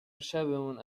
شبمون